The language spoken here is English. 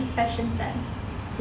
fashion sense